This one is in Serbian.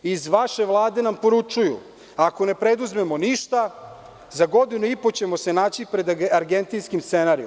Iz vaše Vlade nam poručuju – ako ne preduzmemo ništa, za godinu i po ćemo se naći pred argentinskim scenarijom.